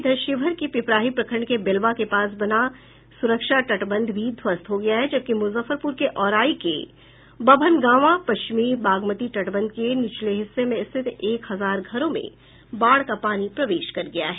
इधर शिवहर के पिपराही प्रखंड के बेलवा के पास बना सुरक्षा तटबंध भी ध्वस्त हो गया है जबकि मुजफ्फरपुर के औराई के बभनगावां पश्चिमी बागमती तटबंध के निचले हिस्सों में स्थित एक हजार घरों में बाढ़ का पानी प्रवेश कर गया है